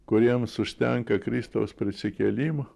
kuriems užtenka kristaus prisikėlimo